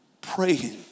praying